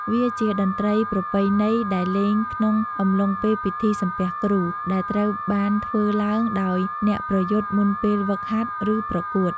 វាជាតន្ត្រីប្រពៃណីដែលលេងក្នុងអំឡុងពេលពិធី សំពះគ្រូ ដែលត្រូវបានធ្វើឡើងដោយអ្នកប្រយុទ្ធមុនពេលហ្វឹកហាត់ ឬប្រកួត។